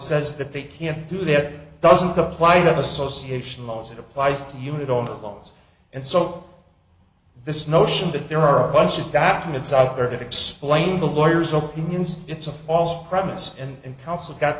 says that they can't do that it doesn't apply to association laws it applies to unit on the laws and so this notion that there are a bunch of documents out there that explain the lawyers opinions it's a false premise and counsel got